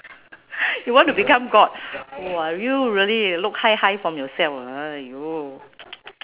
you want to become god !wah! you really look high high from yourself !aiyo!